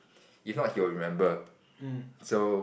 if not he will remember so